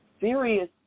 serious